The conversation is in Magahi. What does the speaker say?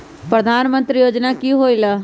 प्रधान मंत्री योजना कि होईला?